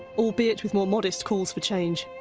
albeit with more modest calls for change.